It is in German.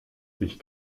sich